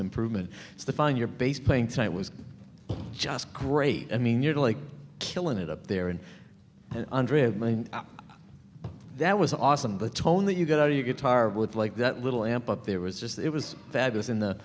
improvement to find your bass playing tonight was just great i mean you're like killin it up there and that was awesome but tone that you get out of your guitar with like that little amp up there was just it was fabulous in